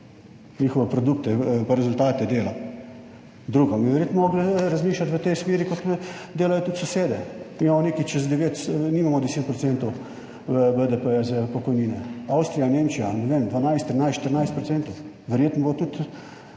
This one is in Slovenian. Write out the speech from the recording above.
njihove produkte, pa rezultate dela. Drugo bi verjetno morali razmišljati v tej smeri, kot me delajo tudi sosede. Mi imamo nekaj čez 9, nimamo 10 % BDP za pokojnine. Avstrija, Nemčija, ne vem, 12, 13, 14 %. Verjetno bo tudi